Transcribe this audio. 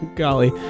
golly